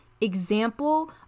example